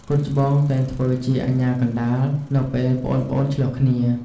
កូនច្បងតែងធ្វើជាអាជ្ញាកណ្ដាល នៅពេលប្អូនៗឈ្លោះគ្នា។